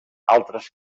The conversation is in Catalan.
altres